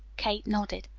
kate nodded.